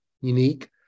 unique